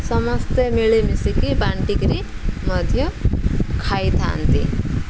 ସମସ୍ତେ ମିଳିମିଶିକି ବାଣ୍ଟି କିରି ମଧ୍ୟ ଖାଇଥାନ୍ତି